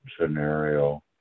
scenario